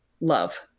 love